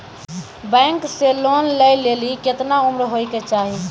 Bank से loan लेली केतना उम्र होय केचाही?